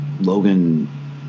Logan